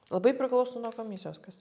labai priklauso nuo komisijos kas